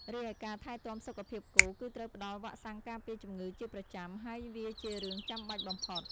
រីឯការថែទាំសុខភាពគោ គឺត្រូវផ្តល់វ៉ាក់សាំងការពារជំងឺជាប្រចាំ ហើយវាជារឿងចាំបាច់បំផុត។